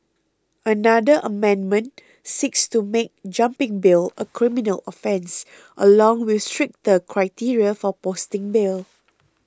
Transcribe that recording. another amendment seeks to make jumping bail a criminal offence along with stricter criteria for posting bail